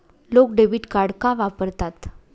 लोक debit card का वापरतात?